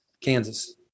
Kansas